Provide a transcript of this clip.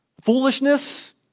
foolishness